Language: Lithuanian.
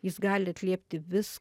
jis gali atliepti vis